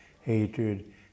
hatred